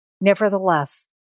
Nevertheless